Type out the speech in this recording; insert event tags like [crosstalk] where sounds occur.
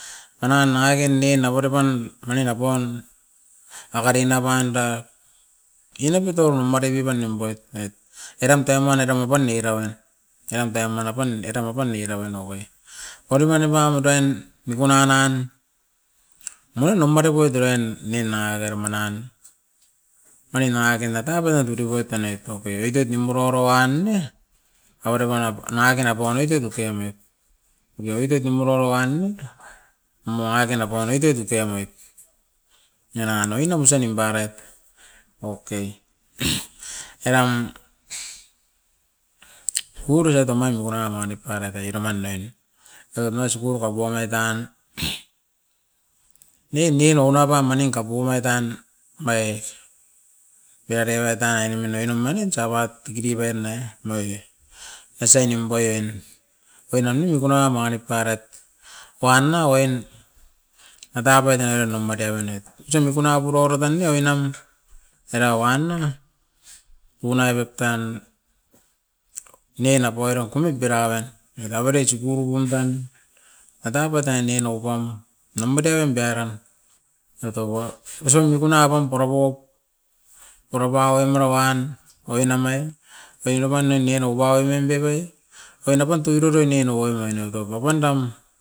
Enan mangin nin avere pan manin apaun, agadin apan da gina tuto magedipa nimpait en, eram tenoa ne aunapan ne raun. Eram tenoa pan eram a pan ni raun agoi, adi mani apaun o dain mikuna nan moino matepo terain ne na re ma nain, mani nangake na taven a tutou bou tanit taupe ediet ni moro oro uan ne. Avere pan a nangakena poro moit tuotu ke omait, keke oit oit ni moro oro uan ne mo akena apaun oit oit tutou amait. Eran oin nam osa nimparait, okay. [noise] Eram kuroro to main mikuna ra manip parait era manaen, oirat naisi puaka buangait tan. Nin ninou napa maningka pobait tan, mai era era tan era mane nou manin os abat diki diki berna noi e. Osai nimpai en oin nan mikuna wan manit parait, uan na oin ada poit era nou mate manit tsugu mikuna muro oro tania oiran era uan na, punairoit tan ne na poiro kunot era uan, era oira tsugu pun tan, oit a pat tan nien nou pam, nompa tei emparem oit oroa misin mikuna wan po rapop, po rapaun mera wan oinam e, oira pan ne nien nova enen dove oin apan toi roroi nien ova orain ne dopan dam.